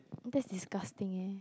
that's disgusting eh